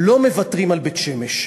לא מוותרים על בית-שמש.